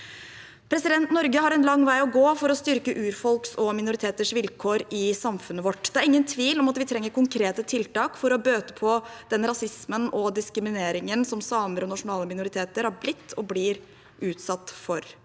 Norge har en lang vei å gå for å styrke urfolks og minoriteters vilkår i samfunnet vårt. Det er ingen tvil om at vi trenger konkrete tiltak for å bøte på den rasismen og diskrimineringen som samer og nasjonale minoriteter har blitt og blir utsatt for.